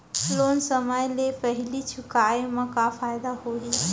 Loan समय ले पहिली चुकाए मा का फायदा होही?